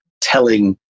telling